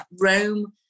Rome